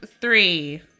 three